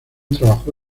trabajó